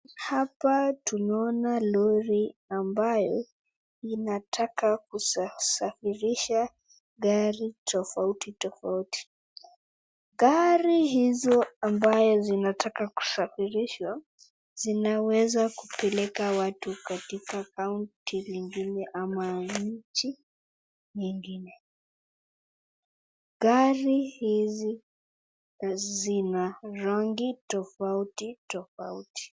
Hapa tunaona lori ambayo linataka kusafirisha gari tofauti tofauti. Gari hizo ambaye zinataka kusafirishwa zinaweza kupeleka watu katika kaunti zingine ama nchi nyingine. Gari hizi zina rangi tofauti tofauti.